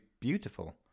beautiful